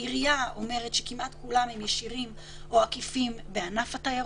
העירייה אומרת שכמעט כולם ישירים או עקיפים בענף התיירות.